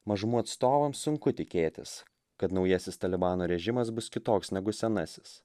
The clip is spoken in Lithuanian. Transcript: mažumų atstovams sunku tikėtis kad naujasis talibano režimas bus kitoks negu senasis